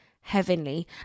heavenly